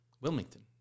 Wilmington